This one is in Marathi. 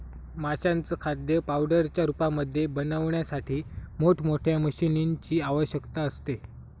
माशांचं खाद्य पावडरच्या रूपामध्ये बनवण्यासाठी मोठ मोठ्या मशीनीं ची आवश्यकता असते